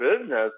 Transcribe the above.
business